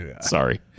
Sorry